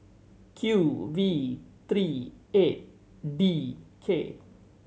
Q V three eight D K